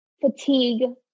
fatigue